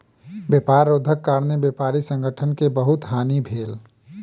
व्यापार रोधक कारणेँ व्यापारी संगठन के बहुत हानि भेल